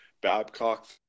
Babcock